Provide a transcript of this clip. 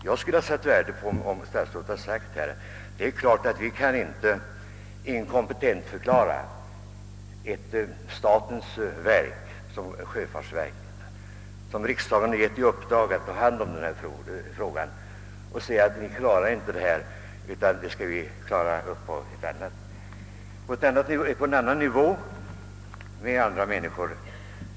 Jag skulle ha satt värde på om statsrådet här hade sagt: Det är klart att vi inte kan inkompetensförklara ett statens organ som sjöfartsverket, som riksdagen givit i uppdrag att ta hand om denna fråga och till verket i fråga säga: Ni klarar inte detta, utan vi skall reda ut saken på en annan nivå med andra människor.